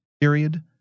period